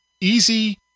easy